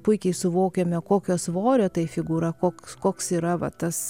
puikiai suvokiame kokio svorio tai figūra koks koks yra va tas